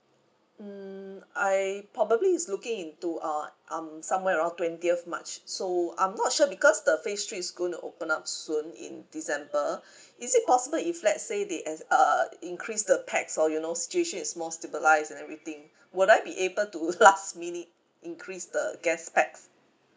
mm I probably is looking into uh um somewhere you know twentieth march so I'm not sure because the phase three is going to open up soon in december is it possible if let's say they err increase the pax or you know situation is more stabilised and then everything would I be able to last minute increase the guest pax